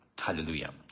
Hallelujah